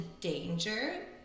danger